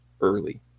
early